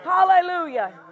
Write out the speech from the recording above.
Hallelujah